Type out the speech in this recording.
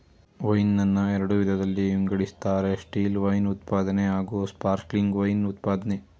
wine ನನ್ನ ಎರಡು ವಿಧದಲ್ಲಿ ವಿಂಗಡಿಸ್ತಾರೆ ಸ್ಟಿಲ್ವೈನ್ ಉತ್ಪಾದನೆ ಹಾಗೂಸ್ಪಾರ್ಕ್ಲಿಂಗ್ ವೈನ್ ಉತ್ಪಾದ್ನೆ